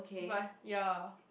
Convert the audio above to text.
but ya